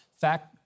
fact